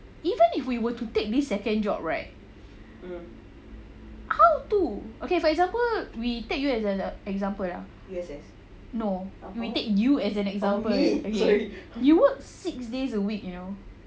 even if we were to take this second job right how to okay for example we take you as an example no we take you as an example okay you work six days a week you know